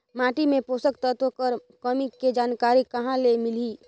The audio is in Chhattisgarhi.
माटी मे पोषक तत्व कर कमी के जानकारी कहां ले मिलही?